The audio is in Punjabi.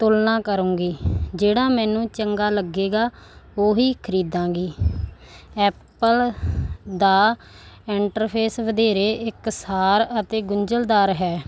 ਤੁਲਨਾ ਕਰਾਂਗੀ ਜਿਹੜਾ ਮੈਨੂੰ ਚੰਗਾ ਲੱਗੇਗਾ ਉਹੀ ਖਰੀਦਾਂਗੀ ਐਪਲ ਦਾ ਇੰਟਰਫੇਸ ਵਧੇਰੇ ਇੱਕ ਸਾਰ ਅਤੇ ਗੁੰਝਲਦਾਰ ਹੈ